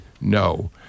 no